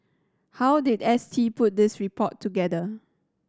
how did S T put this report together